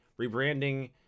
rebranding